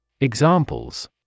Examples